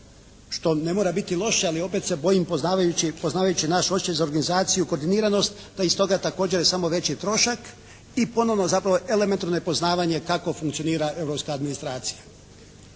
Što ne mora biti loše, ali opet se bojim poznavajući naš … za organizaciju i koordiniranost da je iz toga samo veći trošak i ponovno zapravo elementarno nepoznavanje kako funkcionira